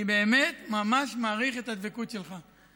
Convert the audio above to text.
אני באמת ממש מעריך את הדבקות שלך,